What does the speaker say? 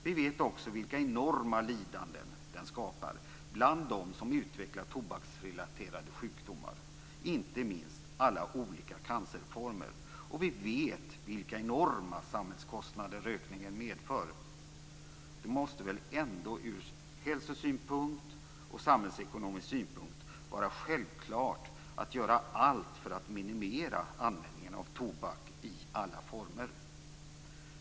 Vi vet också vilka enorma lidanden den skapar bland dem som utvecklat tobaksrelaterade sjukdomar - inte minst alla olika cancerformer. Vi vet vilka enorma samhällskostnader rökningen medför. Det måste väl ändå ur hälsosynpunkt och samhällsekonomisk synpunkt vara självklart att göra allt för att minimera användningen av tobak i alla former.